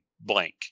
blank